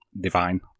divine